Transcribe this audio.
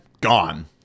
gone